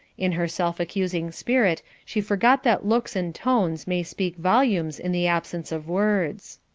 in her self-accusing spirit, she forgot that looks and tones may speak volumes in the absence of words.